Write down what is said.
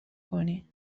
کنی